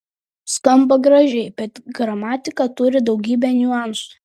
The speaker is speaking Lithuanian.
skamba gražiai bet gramatika turi daugybę niuansų